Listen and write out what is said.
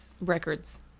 records